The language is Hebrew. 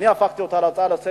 אני הפכתי אותה להצעה לסדר-היום.